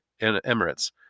Emirates